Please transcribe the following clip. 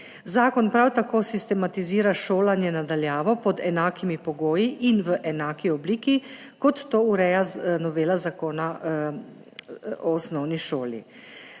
Zakon prav tako sistematizira šolanje na daljavo pod enakimi pogoji in v enaki obliki, kot to ureja novela Zakona o osnovni šoli.